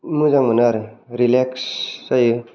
मोजां मोनो आरो रिलेक्स जायो